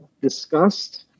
discussed